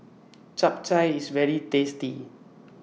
Japchae IS very tasty